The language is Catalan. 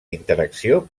interacció